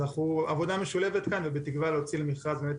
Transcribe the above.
אנחנו בעבודה משולבת כאן בתקווה להוציא למכרז באמת